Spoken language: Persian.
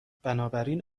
بنابراین